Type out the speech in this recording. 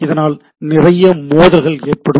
இதனால் நிறைய மோதல்கள் ஏற்படும்